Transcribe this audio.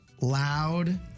loud